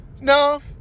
No